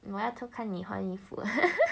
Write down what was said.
我要偷看你换衣服